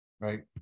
Right